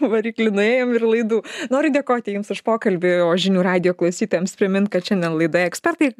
variklių nuėjom ir laidų noriu dėkoti jums už pokalbį o žinių radijo klausytojams priminti kad šiandien laidoje ekspertai